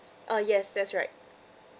uh yes that's right